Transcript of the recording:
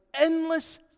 endless